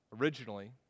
originally